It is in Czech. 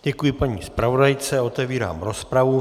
Děkuji paní zpravodajce a otevírám rozpravu.